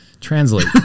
translate